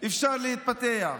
אפשר להתפתח.